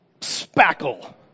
Spackle